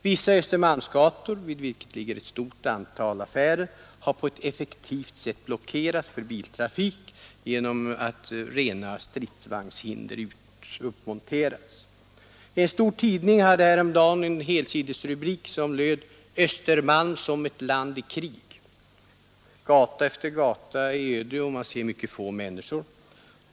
Vissa Östermalmsgator, vid vilka ligger ett stort antal affärer, har på ett effektivt sätt blockerats för biltrafik genom att rena stridsvagnshinder uppmonterats. En stor tidning hade häromdagen en helsidesrubrik som löd ”Östermalm som ett land i krig”. Gata efter gata är öde, och man ser mycket få människor.